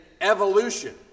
evolution